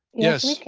yes.